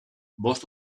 bost